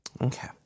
Okay